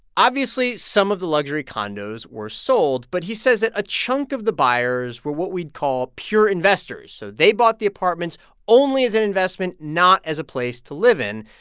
obviously, some of the luxury condos were sold, but he says that a chunk of the buyers were what we'd call pure investors, so they bought the apartments only as an investment, not as a place to live in.